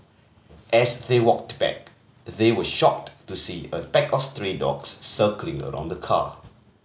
as they walked back they were shocked to see a pack of stray dogs circling around the car